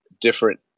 different